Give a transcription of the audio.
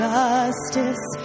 justice